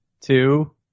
two